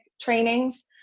trainings